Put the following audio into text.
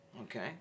okay